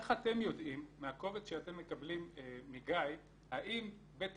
איך אתם יודעים מהקובץ שאתם מקבלים מגיא האם בית